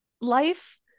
life